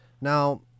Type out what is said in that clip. Now